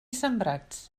sembrats